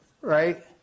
right